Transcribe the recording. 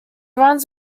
runs